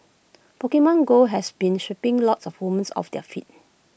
Pokemon go has been sweeping lots of women off their feet